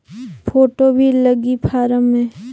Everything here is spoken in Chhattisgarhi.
फ़ोटो भी लगी फारम मे?